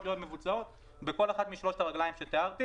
להיות מבוצעות בכל אחת משלוש הרגליים שתיארתי